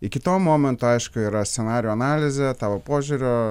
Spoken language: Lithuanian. iki to momento aišku yra scenarijų analizė tavo požiūrio